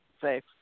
safe